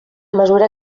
mesura